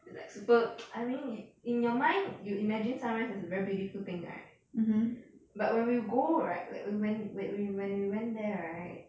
it's like super I mean in in your mind you imagine sunrise is a very beautiful thing right but when we go right like when we went when when we when we went there right